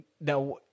Now